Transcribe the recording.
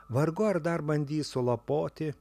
vargu ar dar bandys sulapoti